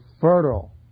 fertile